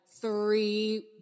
three